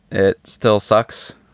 it still sucks.